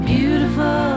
Beautiful